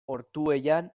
ortuellan